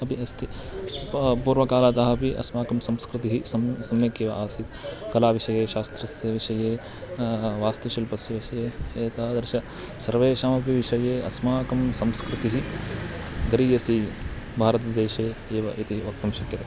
अपि अस्ति पा पूर्वकालतः अपि अस्माकं संस्कृतिः सं सम्यक् एव आसीत् कलाविषये शास्त्रस्य विषये वास्तुशिल्पस्य विषये एतादृश सर्वेषामपि विषये अस्माकं संस्कृतिः गरीयसी भारतदेशे एव इति वक्तुं शक्यते